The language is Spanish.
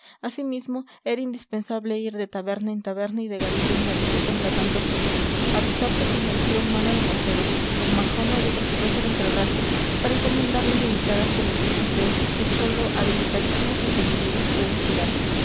asimismo era indispensable ir de taberna en taberna y de garito en garito contratando gente avistarse con el tío mano de mortero con majoma y otros próceres del rastro para encomendarles delicadas comisiones de esas que sólo a delicadísimos entendimientos pueden fiarse